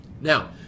Now